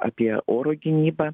apie oro gynybą